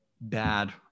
bad